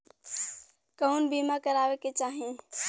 कउन बीमा करावें के चाही?